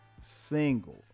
single